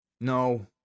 No